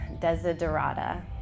Desiderata